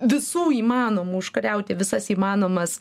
visų įmanomų užkariauti visas įmanomas